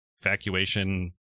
evacuation